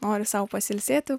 nori sau pasiilsėti